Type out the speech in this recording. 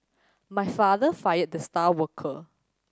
my father fired the star worker